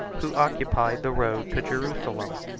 who occupied the road to jerusalem.